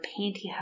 pantyhose